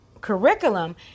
curriculum